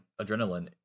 adrenaline